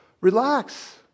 relax